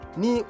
ni